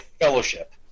fellowship